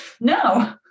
No